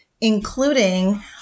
including